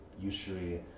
Usually